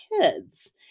kids